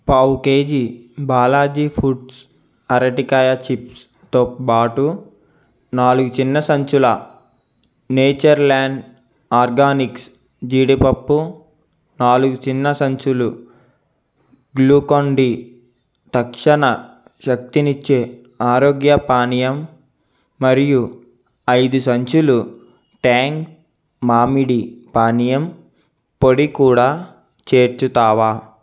పావు kg Balaji Foods అరటికాయ చిప్స్తో పాటు నాలుగు చిన్న సంచుల నేచర్ ల్యాండ్ ఆర్గానిక్స్ జీడిపప్పు నాలుగు చిన్న సంచులు గ్లూకాన్డి తక్షణ శక్తినిచ్చే ఆరోగ్య పానీయం మరియు ఐదు సంచులు ట్యాంగ్ మామిడి పానీయం పొడి కూడా చేర్చుతావా